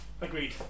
agreed